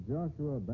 Joshua